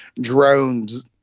drones